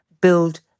build